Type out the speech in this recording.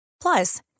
Plus